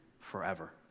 forever